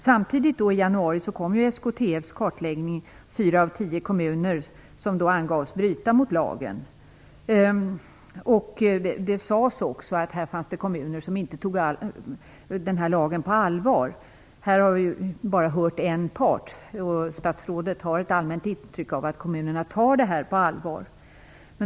Samtidigt kom i januari SKTF:s kartläggning, enligt vilken 4 av 10 kommuner angavs bryta mot lagen. Det sades också att det finns kommuner som inte tar den aktuella lagen på allvar. Vi har här bara hört en part, och statsrådet har det allmänna intrycket att kommunerna tar det här på allvar.